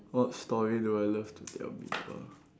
what story do I love to tell people